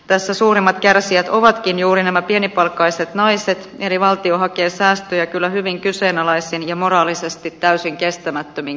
tässä suurimmat kärsijät ovatkin juuri nämä pienipalkkaiset naiset eli valtio hakee säästöjä kyllä hyvin kyseenalaisin ja moraalisesti täysin kestämättömin keinoin